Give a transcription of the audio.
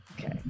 Okay